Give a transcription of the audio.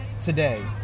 today